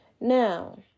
Now